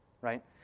right